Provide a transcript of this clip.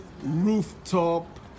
rooftop